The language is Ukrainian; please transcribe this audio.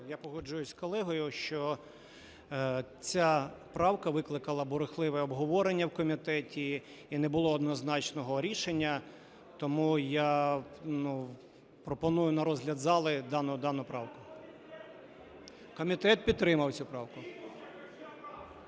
Я погоджуюся з колегою, що ця правка викликала бурхливе обговорення в комітеті і не було однозначного рішення, тому я пропоную на розгляд зали дану правку. Комітет підтримав цю правку.